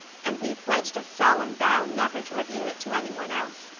and we pledged a solemn vow never to reveal it to anyone else.